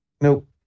Nope